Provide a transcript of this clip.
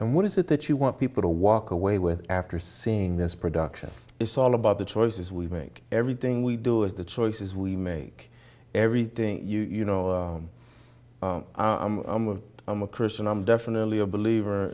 and what is it that you want people to walk away with after seeing this production it's all about the choices we make everything we do is the choices we make everything you know i'm a i'm a christian i'm definitely a believer